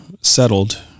settled